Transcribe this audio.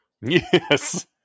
yes